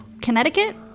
Connecticut